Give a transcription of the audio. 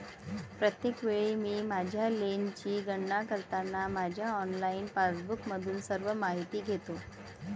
प्रत्येक वेळी मी माझ्या लेनची गणना करताना माझ्या ऑनलाइन पासबुकमधून सर्व माहिती घेतो